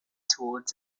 towards